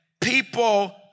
people